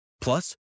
Plus